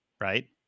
Right